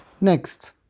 Next